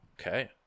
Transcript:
Okay